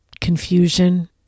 confusion